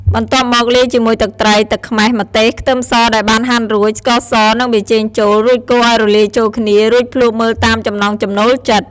បន្ទាប់មក លាយជាមួយទឹកត្រី ទឹកខ្មេះ ម្ទេស ខ្ទឹមសដែលបានហាន់រួច ស្ករស និងប៊ីចេងចូល រួចកូរឱ្យរលាយចូលគ្នា រួចភ្លក់មើលតាមចំណង់ចំណូលចិត្ត។